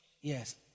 yes